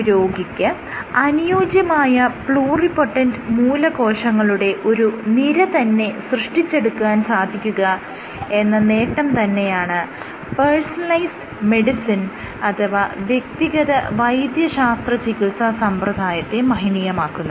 ഒരു രോഗിക്ക് അനുയോജ്യമായ പ്ലൂറിപൊട്ടൻറ് മൂലകോശങ്ങളുടെ ഒരു നിര തന്നെ സൃഷ്ടിച്ചെടുക്കാൻ സാധിക്കുക എന്ന നേട്ടം തന്നെയാണ് പേഴ്സണലൈസ്ഡ് മെഡിസിൻ അഥവാ വ്യക്തിഗത വൈദ്യശാസ്ത്രചികിത്സ സമ്പ്രദായത്തെ മഹനീയമാക്കുന്നത്